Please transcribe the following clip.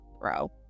bro